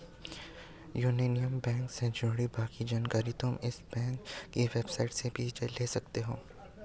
union Bank से जुड़ी बाकी जानकारी तुम इस बैंक की वेबसाईट से भी ले सकती हो